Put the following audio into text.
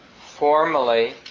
formally